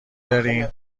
داریم